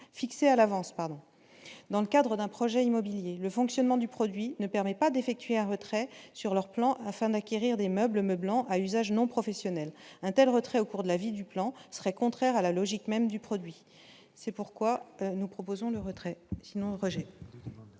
fixé à l'avance, pardon, dans le cadre d'un projet immobilier, le fonctionnement du produit ne permet pas d'effectuer un retrait sur leur plan afin d'acquérir des meubles me en à usage non professionnel untel retrait au cours de la vie du plan serait contraire à la logique même du produit, c'est pourquoi nous proposons de retrait sinon moi j'ai.